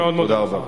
תודה רבה.